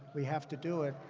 we have to do it.